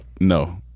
No